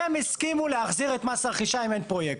הסכימו להחזיר את מס הרכישה אם אין פרויקט.